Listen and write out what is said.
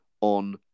on